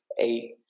Eight